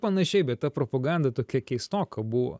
panašiai bet ta propoganda tokia keistoka buvo